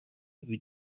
veut